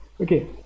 Okay